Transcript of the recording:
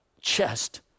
chest